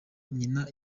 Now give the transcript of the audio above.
nyina